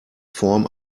form